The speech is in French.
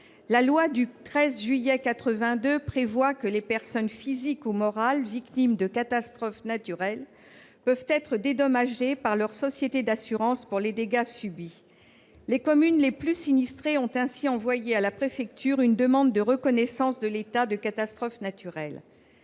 La loi du 13 juillet 1982 dispose que les personnes physiques ou morales victimes de catastrophes naturelles peuvent être dédommagées par leur société d'assurance pour les dégâts subis. Les communes les plus sinistrées ont ainsi envoyé à la préfecture une demande de reconnaissance de l'état de catastrophe naturelle.